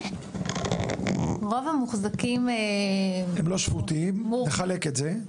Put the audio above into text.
רוב המוחזקים --- הם לא שפוטים, נחלק את זה.